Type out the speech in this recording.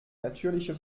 natürliche